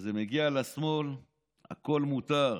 כשזה מגיע לשמאל הכול מותר.